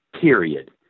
Period